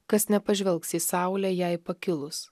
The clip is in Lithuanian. kas nepažvelgs į saulę jai pakilus